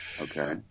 Okay